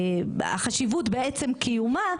והחשיבות בעצם קיומה.